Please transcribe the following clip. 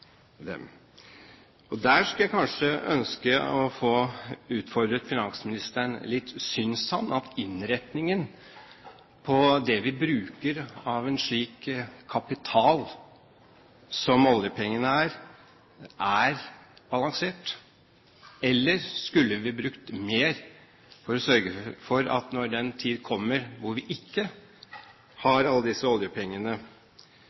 Jeg kunne kanskje ønske å få utfordret finansministeren litt: Synes han at innretningen på det vi bruker av en slik kapital som oljepengene er, er balansert? Eller skulle vi brukt mer, for å sørge for at når den tid kommer da vi ikke